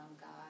God